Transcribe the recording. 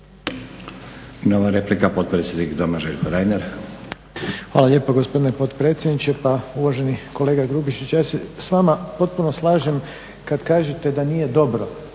Nova replika potpredsjednik Doma Željko Reiner.